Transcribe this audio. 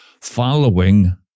following